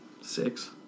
six